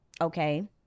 okay